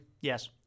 Yes